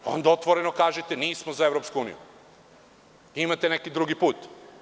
Onda otvoreno kažite – nismo za EU, imate neki drugi put.